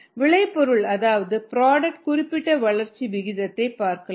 விளைபொருள் அதாவது ப்ராடக்ட் குறிப்பிட்ட வளர்ச்சி விகிதத்தை ஐ பாதிக்கலாம்